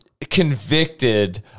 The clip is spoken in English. convicted